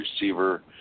receiver